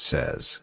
Says